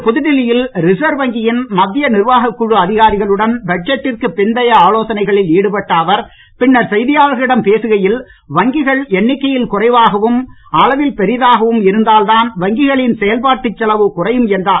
இன்று புதுடெல்லியில் ரிசர்வ் வங்கியின் மத்திய நிர்வாக குழு அதிகாரிகளுடன் பட்ஜெட்டிற்கு பிந்தைய ஆலோசனைகளில் ஈடுபட்ட அவர் பின்னர் செய்தியாளர்களிடம் பேசுகையில் வங்கிகள் எண்ணிக்கையில் குறைவாகவும் அளவில் பெரியதாகவும் இருந்தால் தான் வங்கிகளின் செயல்பாட்டுச் செலவு குறையும் என்றார்